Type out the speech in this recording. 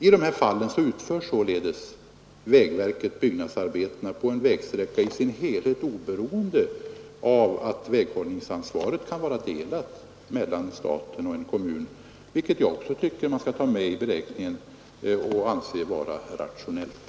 I de här fallen utför således vägverket byggnadsarbetena på en vägsträcka i dess helhet oberoende av att väghållningsansvaret kan vara delat mellan staten och en kommun, vilket jag också tycker att man skall ta med i beräkningen och vilket jag anser vara rationellt.